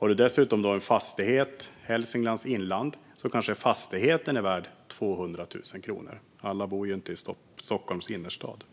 Är det dessutom en fastighet i Hälsinglands inland kanske fastigheten är värd 200 000 kronor. Alla bor ju inte i Stockholms innerstad.